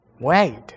Wait